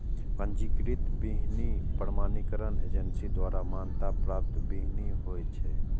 पंजीकृत बीहनि प्रमाणीकरण एजेंसी द्वारा मान्यता प्राप्त बीहनि होइ छै